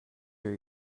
here